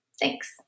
Thanks